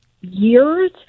years